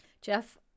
Jeff